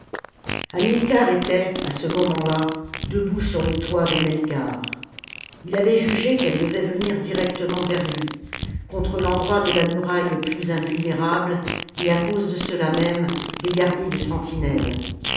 hamilcar était à ce moment-là debout sur le toit de meikarth ii avait jugé qu'elle devait venir directement vers lui contre l'endroit de la muraille le plus invulnérable et à cause de cela même dégarni de sentinelles